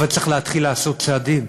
אבל צריך להתחיל לעשות צעדים.